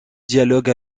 dialogue